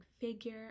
figure